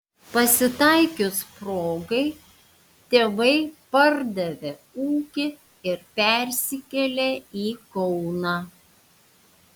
pasitaikius progai tėvai pardavė ūkį ir persikėlė į kauną